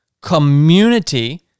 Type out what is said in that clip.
community